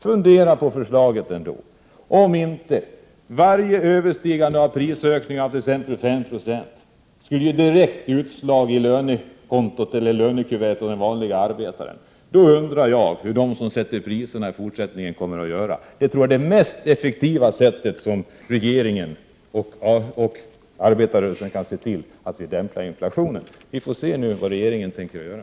Fundera på förslaget om inte varje överskridande av prisökningar på en viss procent skulle ge direkt utslag i lönekuvertet hos den vanlige arbetaren! Jag undrar hur de som sätter priserna då skulle göra i fortsättningen. Jag tror att det vore det mest effektiva sättet för regeringen och arbetarrörelsen att se till att dämpa inflationen. Vi får se vad regeringen tänker göra.